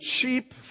cheap